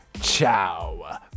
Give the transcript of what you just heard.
ciao